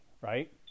right